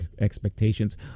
expectations